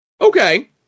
Okay